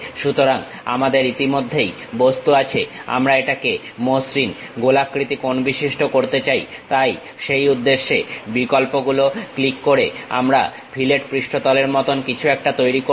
সুতরাং আমাদের ইতিমধ্যেই বস্তু আছে আমরা এটাকে মসৃণ গোলাকৃতি কোণবিশিষ্ট করতে চাই তাই সেই উদ্দেশ্যে বিকল্পগুলো ক্লিক করে আমরা ফিলেট পৃষ্ঠতলের মতন কিছু একটা তৈরি করবো